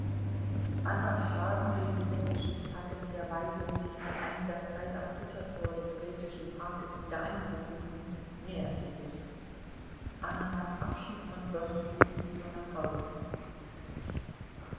annas wagen den sie weggeschickt hatte mit der weisung sich nach einiger zeit am gittertor des wredeschen parks wieder einzufinden näherte sich anna nahm abschied von wronski und fuhr nach hause